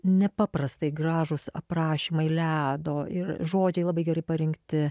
nepaprastai gražūs aprašymai ledo ir žodžiai labai gerai parinkti